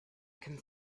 can